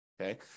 Okay